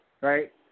right